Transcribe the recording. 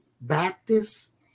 Baptist